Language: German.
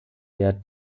der